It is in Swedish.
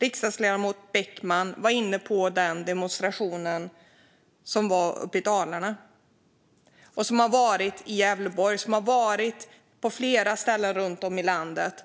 riksdagsledamoten Beckman var inne på demonstrationen som var uppe i Dalarna och som har varit i Gävleborg, som har varit på flera ställen runt om i landet.